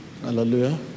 Hallelujah